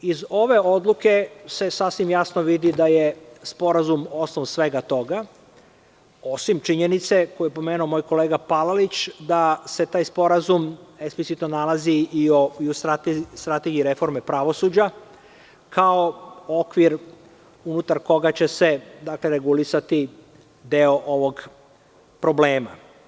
Iz ove odluke se sasvim jasno vidi da je Sporazum osnov svega toga, osim činjenice koju je pomenuo moj kolega Palalić, da se taj Sporazum eksplicitno nalazio i u Strategiji reforme pravosuđa kao okvir unutar koga će se regulisati deo ovog problema.